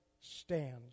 stands